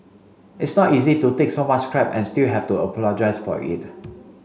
it's not easy to take so much crap and still have to apologise for it